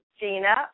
Gina